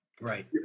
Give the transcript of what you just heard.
Right